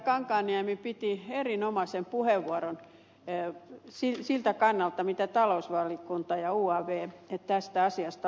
kankaanniemi piti erinomaisen puheenvuoron siltä kannalta mitä talousvaliokunta ja uav tästä asiasta lausuivat